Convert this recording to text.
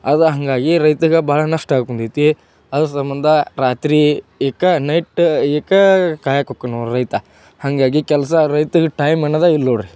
ಅದು ಹಾಗಾಗಿ ರೈತಗೆ ಭಾಳ ನಷ್ಟ ಐತಿ ಅದ್ರ ಸಂಬಂಧ ರಾತ್ರಿ ಇಕ್ಕಾ ನೈಟ್ ಇಕ್ಕಾ ಕಾಯಕುಕ್ಕನೂ ರೈತ ಹಾಗಾಗಿ ಕೆಲಸ ರೈತಗೆ ಟೈಮ್ ಅನ್ನೋದು ಇಲ್ಲ ನೋಡಿರಿ